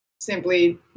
simply